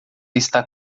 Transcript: está